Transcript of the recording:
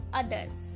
others